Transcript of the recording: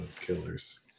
killers